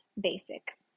basic